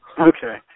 Okay